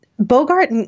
Bogart